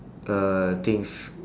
uh things